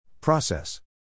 Process